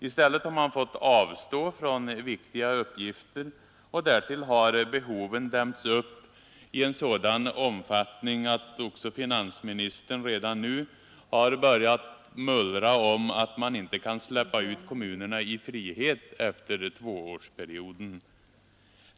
I stället har man fått avstå från viktiga uppgifter, och därtill har behoven dämts upp i en sådan omfattning att också finansministern redan nu börjat mullra om att man inte kan släppa ut kommunerna i frihet efter tvåårsperioden.